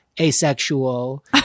asexual